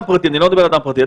אני לא מדבר על אדם פרטי.